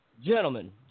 Gentlemen